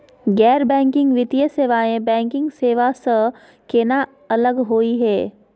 गैर बैंकिंग वित्तीय सेवाएं, बैंकिंग सेवा स केना अलग होई हे?